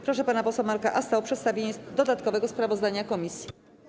Proszę pana posła Marka Asta o przedstawienie dodatkowego sprawozdania komisji.